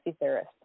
theorist